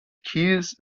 kiels